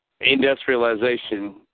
industrialization